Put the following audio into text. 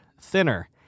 thinner